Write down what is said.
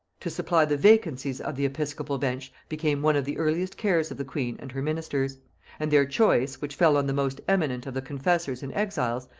to supply the vacancies of the episcopal bench became one of the earliest cares of the queen and her ministers and their choice, which fell on the most eminent of the confessors and exiles,